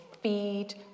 feed